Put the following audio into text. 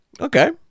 okay